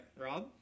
rob